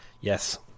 yes